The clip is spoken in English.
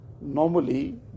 normally